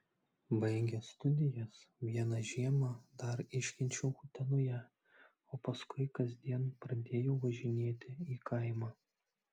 baigęs studijas vieną žiemą dar iškenčiau utenoje o paskui kasdien pradėjau važinėti į kaimą